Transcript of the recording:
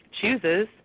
chooses